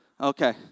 Okay